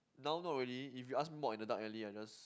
now not really if you ask more in the dark alley I just